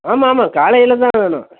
ஆமாம் ஆமாம் காலையில் தான் வேணும்